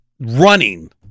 running